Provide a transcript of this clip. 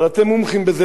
אבל אתם מומחים בזה,